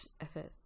effort